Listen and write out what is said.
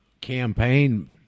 campaign